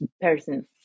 person